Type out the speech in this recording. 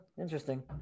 Interesting